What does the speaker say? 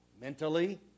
mentally